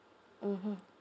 mmhmm